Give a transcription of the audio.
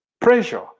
pressure